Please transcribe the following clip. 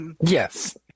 Yes